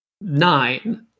nine